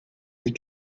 des